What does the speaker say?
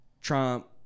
Trump